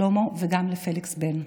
שלמה וגם לפליקס בן.